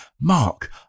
Mark